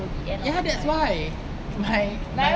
ya that's why my my